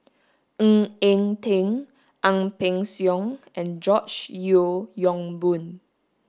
Ng Eng Teng Ang Peng Siong and George Yeo Yong Boon